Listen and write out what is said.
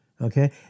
Okay